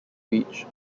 reach